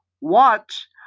Watch